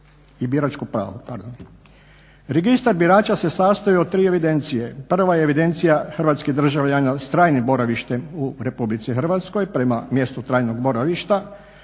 i biračko pravo,